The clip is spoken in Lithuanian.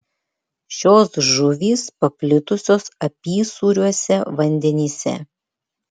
šios žuvys paplitusios apysūriuose vandenyse